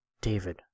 david